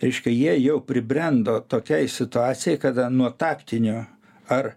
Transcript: reiškia jie jau pribrendo tokiai situacijai kada nuo taktinio ar